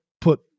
put